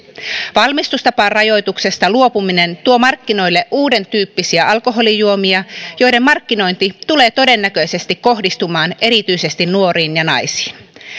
valmistustaparajoituksesta luopuminen tuo markkinoille uudentyyppisiä alkoholijuomia joiden markkinointi tulee todennäköisesti kohdistumaan erityisesti nuoriin ja naisiin